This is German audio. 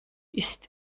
ist